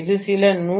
இது சில 112